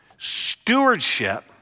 Stewardship